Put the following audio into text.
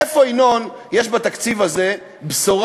איפה, ינון, יש בתקציב הזה בשורה,